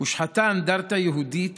הושחתה אנדרטה יהודית